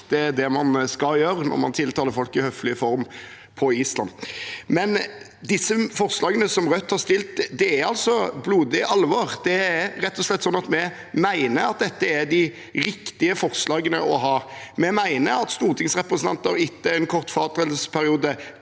Det er det man skal gjøre når man tiltaler folk i høflig form på Island. Men disse forslagene som Rødt har fremmet, er altså blodig alvor. Det er rett og slett sånn at vi mener at dette er de riktige forslagene å ha. Vi mener at stortingsrepresentanter etter en kort fratredelsesperiode